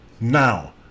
Now